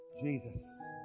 Jesus